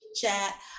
chat